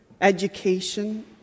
education